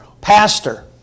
Pastor